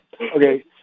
Okay